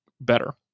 better